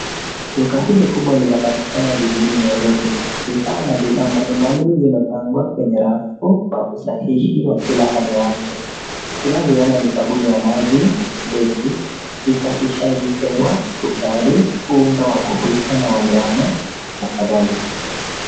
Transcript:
Duka hili kubwa linapatikana jijini Nairobi. Vifaa na bidhaa mbalimbali zimepangwa kwenye rafu kwa usahihi wa kila aina yake. Tunavyo ona ni sabuni ya maji, deki, visafishaji hewa, sukari, unga wa kupika na ngano na kadhalika.